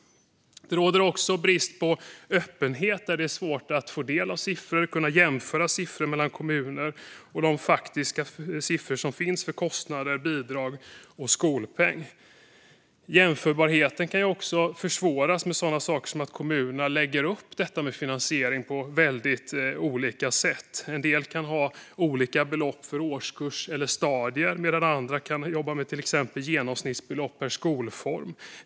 Det råder också brist på öppenhet. Det är svårt att få del av siffror och kunna jämföra dem mellan kommuner - de faktiska siffrorna över kostnader, bidrag och skolpeng. Jämförbarheten kan också försvåras av sådant som att kommunerna lägger upp finansieringen på väldigt olika sätt. En del har olika belopp för olika årskurser eller stadier medan andra jobbar med till exempel ett genomsnittsbelopp för respektive skolform.